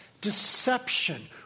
deception